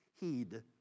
heed